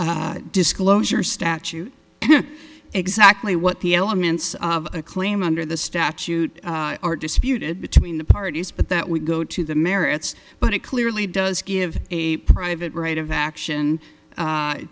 disclosure statute and exactly what the elements of a claim under the statute are disputed between the parties but that we go to the merits but it clearly does give a private right of action